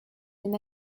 been